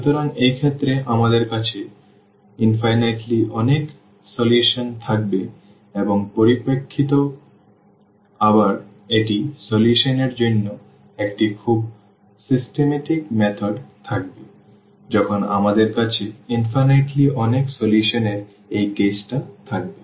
সুতরাং এক্ষেত্রে আমাদের কাছে অসীম অনেক সমাধান থাকবে এবং পরিপ্রেক্ষিতে আবার এটি সমাধান এর জন্য একটি খুব নিয়মতান্ত্রিক পদ্ধতি থাকবে যখন আমাদের কাছে অসীম অনেক সমাধান এর এই কেসটা থাকবে